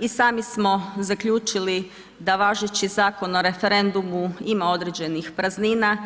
I sami smo zaključili da važeći Zakon o referendumu ima određenih praznina